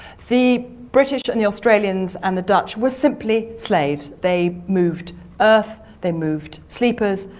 the british and the australians and the dutch were simply slaves. they moved earth, they moved sleepers,